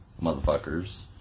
motherfuckers